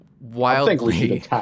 wildly